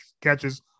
catches